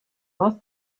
most